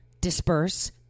disperse